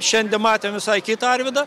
šiandien matėm visai kitą arvydą